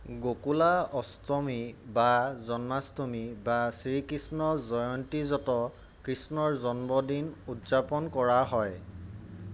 গকুলা অষ্টমী বা জন্মাষ্টমী বা শ্ৰীকৃষ্ণ জয়ন্তীযত কৃষ্ণৰ জন্মদিন উদযাপন কৰা হয়